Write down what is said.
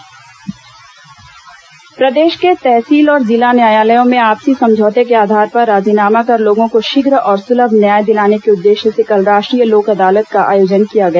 राष्ट्रीय लोक अदालत प्रदेश के तहसील और जिला न्यायालयों में आपसी समझौते के आधार पर राजीनामा कर लोगों को शीघ्र और सुलभ न्याय दिलाने के उद्देश्य से कल राष्ट्रीय लोक अदालत का आयोजन किया गया